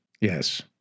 Yes